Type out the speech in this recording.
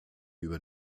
über